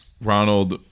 Ronald